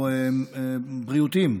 או בריאותיים,